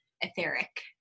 etheric